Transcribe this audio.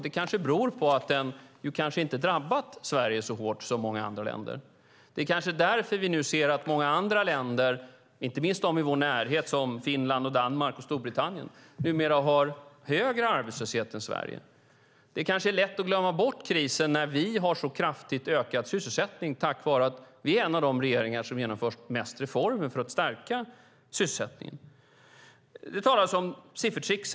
Det kanske beror på att den inte drabbat Sverige lika hårt som många andra länder. Det är kanske därför vi nu ser att många andra länder, inte minst de i vår närhet, som Finland, Danmark och Storbritannien, numera har högre arbetslöshet än Sverige. Det är kanske lätt att glömma bort krisen när vi har en kraftigt ökad sysselsättning tack vare att vi är en av de regeringar som genomför flest reformer för att stärka sysselsättningen. Det talas här om siffertricksande.